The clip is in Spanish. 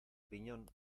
piñón